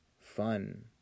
fun